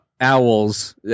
Owls